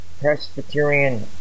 Presbyterian